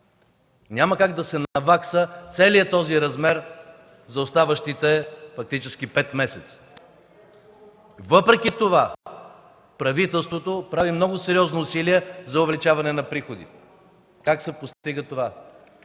няма как да се навакса целият този размер за оставащите фактически пет месеца. Въпреки това правителството прави много сериозно усилие за увеличаване на проходите. Как се постига това?